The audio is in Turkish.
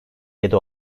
yedi